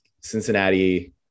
Cincinnati